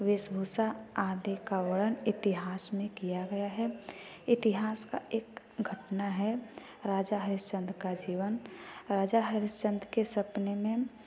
वेशभूषा आदि का वर्ण इतिहास में किया गया है इतिहास का एक घटना है राजा हरिश्चंद्र का जीवन राजा हरिश्चंद्र के सपने में